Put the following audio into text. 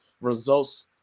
results